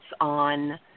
on